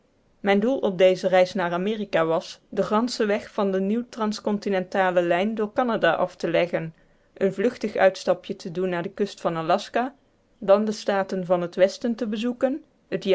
mijn doel op deze reis naar amerika was den ganschen weg van de nieuwe trans continentale lijn door canada af te leggen een vluchtig uitstapje te doen naar de kust van aljaska dan de staten van het westen te bezoeken het